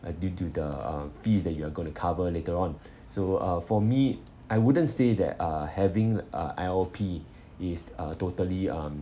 due to the uh fees that you are going to cover later on so uh for me I wouldn't say that uh having uh I_L_P is uh totally um